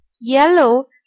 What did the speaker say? Yellow